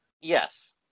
Yes